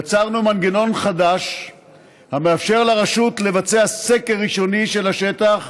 יצרנו מנגנון חדש המאפשר לרשות לבצע סקר ראשוני של השטח